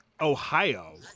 Ohio